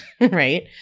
right